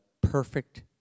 perfect